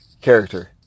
character